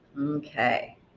Okay